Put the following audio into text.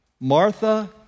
Martha